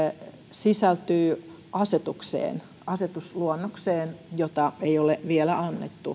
sisältyy asetukseen asetusluonnokseen jota ei ole vielä annettu